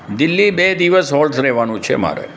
દિલ્હી બે દિવસ હોલ્ટ રહેવાનું છે મારે